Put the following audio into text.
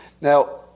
Now